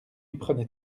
prenais